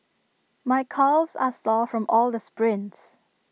my calves are sore from all the sprints